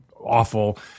awful